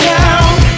now